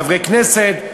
לחברי כנסת,